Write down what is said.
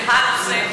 זה הנושא,